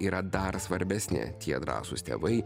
yra dar svarbesnė tie drąsūs tėvai